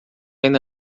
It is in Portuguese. ainda